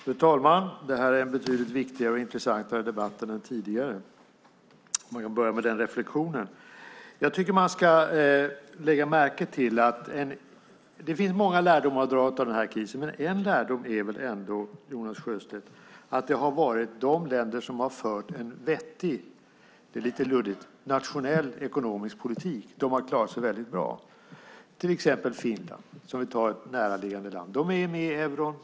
Fru talman! Det här är en betydligt viktigare och intressantare debatt än den tidigare. Man kan börja med den reflexionen. Det finns många lärdomar att dra av krisen, men en lärdom är väl ändå, Jonas Sjöstedt, att det har varit de länder som har fört en vettig - lite luddigt uttryckt - nationell ekonomisk politik som har klarat sig väldigt bra, till exempel Finland, för att ta ett näraliggande land. Finland är med i euron.